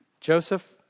Joseph